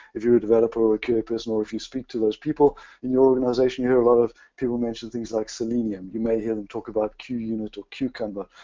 if you're a developer or a care person or if you speak to those people in your organization you hear a lot of people mentioning things like selenium. you may hear them talk about qunit or cucumber.